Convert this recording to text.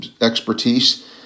expertise